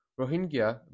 Rohingya